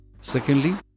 Secondly